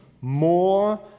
more